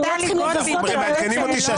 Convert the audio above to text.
אנחנו לא צריכים לבזות את היועצת המשפטית.